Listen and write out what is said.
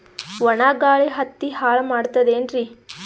ಒಣಾ ಗಾಳಿ ಹತ್ತಿ ಹಾಳ ಮಾಡತದೇನ್ರಿ?